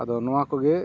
ᱟᱫᱚ ᱱᱚᱣᱟᱠᱚᱜᱮ